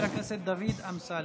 חבר הכנסת דוד אמסלם.